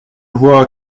vois